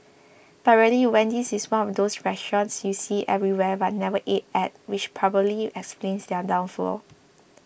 but really Wendy's is one of those restaurants you see everywhere but never ate at which probably explains their downfall